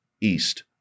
east